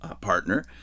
partner